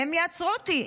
הם יעצרו אותי,